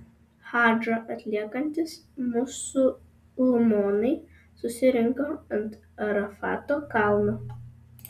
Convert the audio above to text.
hadžą atliekantys musulmonai susirinko ant arafato kalno